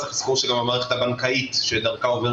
מדובר גם בפחות ימי עבודה של המערכת הבנקאית שדרכה עוברים